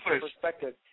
perspective